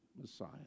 Messiah